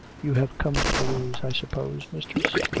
you have come for the news, i suppose, mistress?